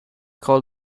called